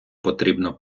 потрібно